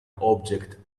object